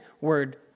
word